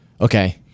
Okay